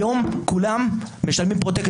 היום כולם משלמים פרוטקשן.